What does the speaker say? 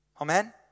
Amen